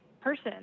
person